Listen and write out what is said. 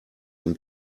dem